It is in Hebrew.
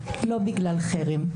לא בגלל חרם,